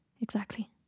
exactly